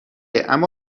اما